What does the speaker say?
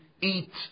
eat